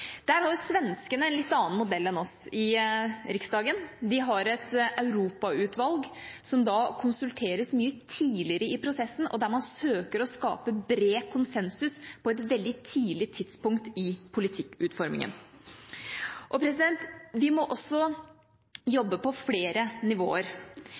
Der har svenskene i Riksdagen en litt annen modell enn oss. De har et europautvalg som konsulteres mye tidligere i prosessen, og der man søker å skape bred konsensus på et veldig tidlig tidspunkt i politikkutformingen. Vi må også jobbe på flere nivåer.